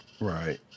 Right